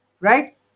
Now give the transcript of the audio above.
Right